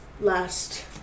last